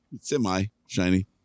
Semi-shiny